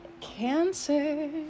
cancer